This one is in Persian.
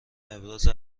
ابراز